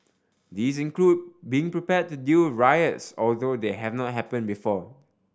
these include being prepared to deal riots although they have not happen before